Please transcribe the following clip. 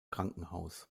krankenhaus